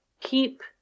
keep